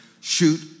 shoot